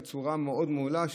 בצורה מאוד מעולה.